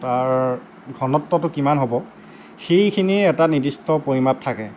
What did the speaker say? তাৰ ঘনত্বটো কিমান হ'ব সেইখিনিয়েই এটা নিৰ্দিষ্ট পৰিমাপ থাকে